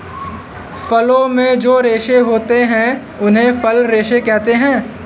फलों में जो रेशे होते हैं उन्हें फल रेशे कहते है